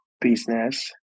business